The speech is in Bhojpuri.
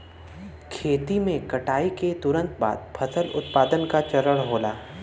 खेती में कटाई के तुरंत बाद फसल उत्पादन का चरण होला